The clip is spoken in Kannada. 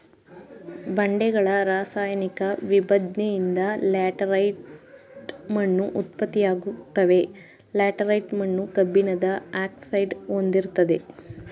ಬಂಡೆಗಳ ರಾಸಾಯನಿಕ ವಿಭಜ್ನೆಯಿಂದ ಲ್ಯಾಟರೈಟ್ ಮಣ್ಣು ಉತ್ಪತ್ತಿಯಾಗ್ತವೆ ಲ್ಯಾಟರೈಟ್ ಮಣ್ಣು ಕಬ್ಬಿಣದ ಆಕ್ಸೈಡ್ನ ಹೊಂದಿರ್ತದೆ